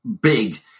big